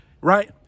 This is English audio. right